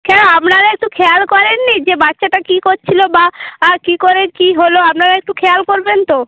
কেন আপনারা একটু খেয়াল করেন নি যে বাচ্চাটা কী কচ্ছিল বা কী করে কী হলো আপনারা একটু খেয়াল করবেন তো